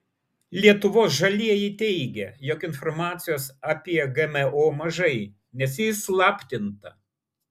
lietuvos žalieji teigia jog informacijos apie gmo mažai nes ji įslaptinta